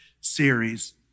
series